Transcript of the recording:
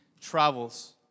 travels